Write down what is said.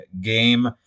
game